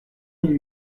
mille